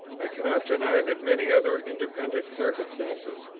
i cannot deny that many other independent circumstances,